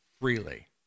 freely